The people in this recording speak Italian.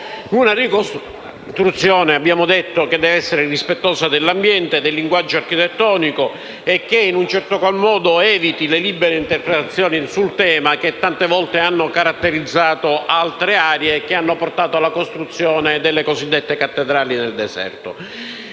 una ricostruzione che abbiamo chiesto debba essere rispettosa dell'ambiente, del linguaggio architettonico e, in un certo qual modo, eviti le libere interpretazioni sul tema che tante volte hanno caratterizzato altre aree e hanno portato alla costruzione delle cosiddette cattedrali nel deserto;